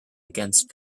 against